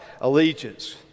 allegiance